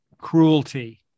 cruelty